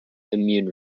immune